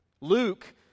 Luke